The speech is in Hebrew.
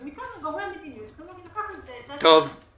ומכאן גורמי המדיניות צריכים לקחת --- בסדר.